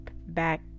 back